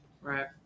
Right